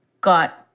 got